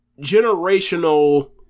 generational